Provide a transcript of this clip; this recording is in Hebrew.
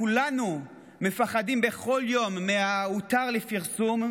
כולנו מפחדים בכל יום מ"הותר לפרסום",